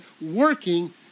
working